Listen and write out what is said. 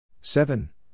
seven